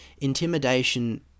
intimidation